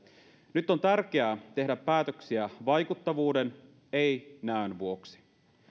nyt on tärkeää tehdä päätöksiä vaikuttavuuden ei näön vuoksi